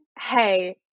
Hey